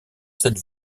cette